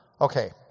Okay